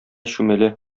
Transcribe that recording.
чүмәлә